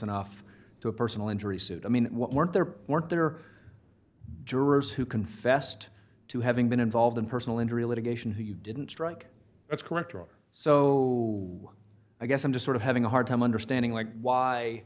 enough to a personal injury suit i mean what weren't there weren't there jurors who confessed to having been involved in personal injury litigation who didn't strike that's correct so i guess i'm just sort of having a hard time understanding like